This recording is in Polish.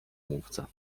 mówca